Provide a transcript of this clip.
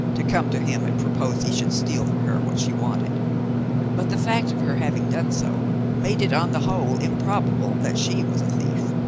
to come to him and propose he should steal for her what she wanted but the fact of her having done so made it on the whole improbable that she was a thief,